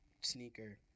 sneaker